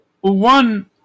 One